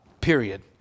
Period